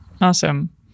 Awesome